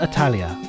Italia